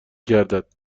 گردد